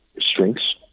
strengths